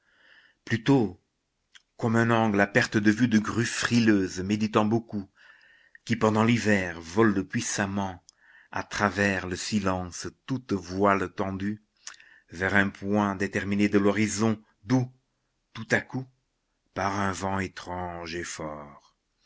plutôt comme un angle à perte de vue de grues frileuses méditant beaucoup qui pendant l'hiver vole puissamment à travers le silence toutes voiles tendues vers un point déterminé de l'horizon d'où tout à coup part un vent étrange et fort